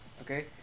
okay